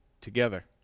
together